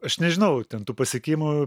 aš nežinau ten tų pasiekimų